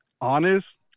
honest